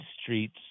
streets